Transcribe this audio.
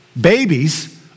Babies